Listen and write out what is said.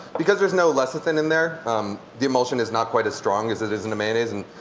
because there's no lecithin in there the emulsion is not quite as strong as it is in mayonnaise. and